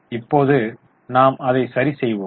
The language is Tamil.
இப்போது நாம் அதை சரி செய்வோம்